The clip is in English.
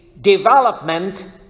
development